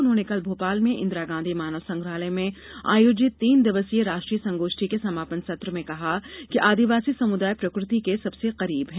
उन्होंने कल भोपाल में इंदिरा गांधी मानव संग्रहालय में आयोजित तीन दिवसीय राष्ट्रीय संगोष्ठी के समापन सत्र में कहा कि आदिवासी समुदाय प्रकृति के सबसे करीब है